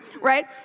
right